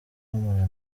mpura